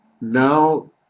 now